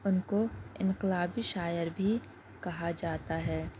اُن کو انقلابی شاعر بھی کہا جاتا ہے